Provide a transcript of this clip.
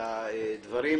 הדברים.